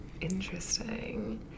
Interesting